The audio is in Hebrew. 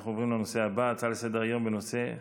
אנחנו עוברים לנושא הבא, הצעות לסדר-היום בנושא: